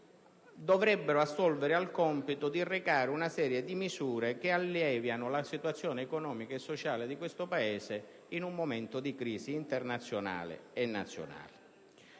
dovuto assolvere il compito di recare una serie di misure per alleviare la situazione economica e sociale di questo Paese in un momento di crisi internazionale e nazionale.